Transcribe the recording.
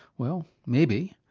well maybe,